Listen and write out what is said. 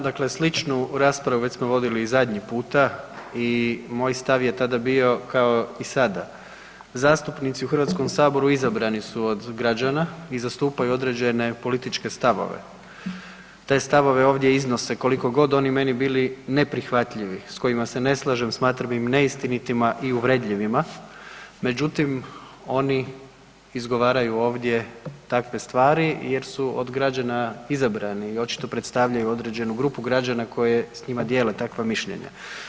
Dakle, sličnu raspravu već smo vodili i zadnji puta i moj stav je tada bio kao i sada, zastupnici u HS-u izabrani su od građana i zastupaju određene političke stavove, te stavove ovdje iznose koliko god oni meni bili neprihvatljivi s kojima se ne slažem, smatram ih neistinitima i uvredljivima, međutim oni izgovaraju ovdje takve stvari jer su od građana izabrani i očito predstavljaju određenu grupu građana koje s njima dijele takva mišljenja.